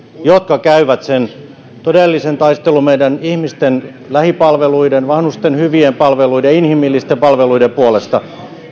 jotka käyvät sen todellisen taistelun meidän ihmisten lähipalveluiden vanhusten hyvien palveluiden inhimillisten palveluiden puolesta